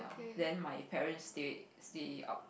then my parents stay stay up